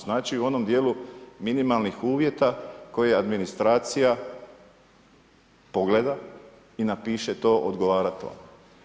Znači u onom dijelu minimalnih uvjeta koje administracija pogleda i napiše, to odgovara tome.